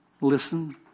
Listen